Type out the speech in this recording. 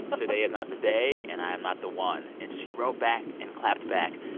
today is not the day, and i am not the one. and she wrote back and clapped back,